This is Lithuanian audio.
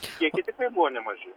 kiekiai tikrai buvo nemaži